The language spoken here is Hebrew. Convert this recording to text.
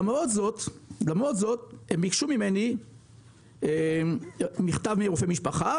למרות זאת הם ביקשו ממני מכתב מרופא משפחה,